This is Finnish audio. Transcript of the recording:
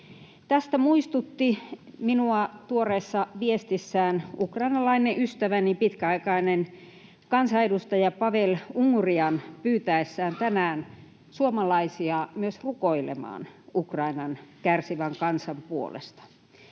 Tästä muistutti minua tuoreessa viestissään ukrainalainen ystäväni, pitkäaikainen kansanedustaja Pavel Unhurjan pyytäessään tänään suomalaisia myös rukoilemaan Ukrainan kärsivän kansan puolesta.